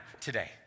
today